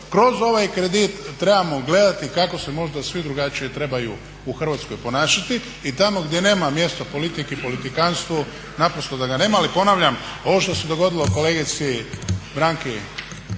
kroz ovaj kredit trebamo gledati kako se možda svi drugačije trebaju u Hrvatskoj ponašati i tamo gdje nema mjesta politici i politikantstvu naprosto ga nema. Ali ponavljam, ovo što se dogodilo kolegici Branki